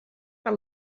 par